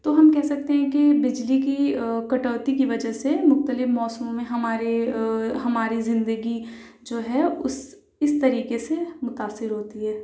تو ہم کہہ سکتے ہیں کہ بجلی کی کٹوتی کی وجہ سے مختلف موسموں میں ہمارے ہماری زندگی جو ہے اس اس طریقے سے متأثر ہوتی ہے